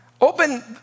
Open